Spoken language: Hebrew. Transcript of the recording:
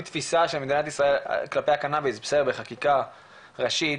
תפיסה של מדינת ישראל כלפי הקנאביס בחקיקה ראשית,